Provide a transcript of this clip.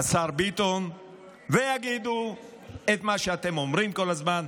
השר ביטון, ויגידו את מה שאתם אומרים כל הזמן: